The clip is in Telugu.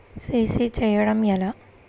సి.సి చేయడము ఎలా?